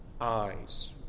eyes